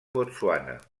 botswana